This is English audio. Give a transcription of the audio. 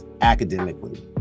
academically